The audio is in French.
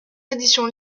édition